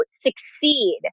succeed